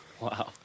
Wow